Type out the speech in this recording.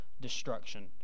destruction